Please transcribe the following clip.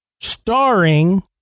starring